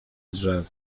drzew